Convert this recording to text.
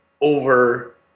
over